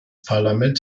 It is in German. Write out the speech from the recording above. parlament